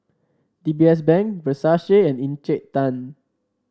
D B S Bank Versace and Encik Tan